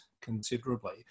considerably